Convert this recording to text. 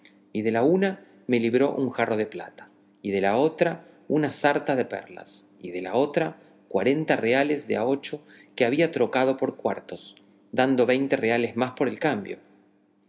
y de la una me libró un jarro de plata y de la otra una sarta de perlas y de la otra cuarenta reales de a ocho que había trocado por cuartos dando veinte reales más por el cambio